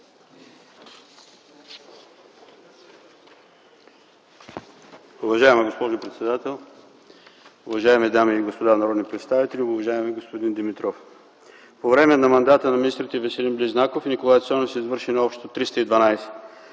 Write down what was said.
Уважаема госпожо председател, уважаеми дами и господа народни представители, уважаеми господин Димитров! По време на мандата на министрите Веселин Близнаков и Николай Цонев са извършени общо 312